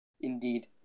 Indeed